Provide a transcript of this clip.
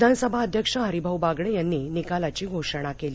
विधानसभा अध्यक्ष हरिभाऊ बागडे यांनी निकालाची घोषणा केली